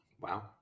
Wow